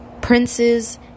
princes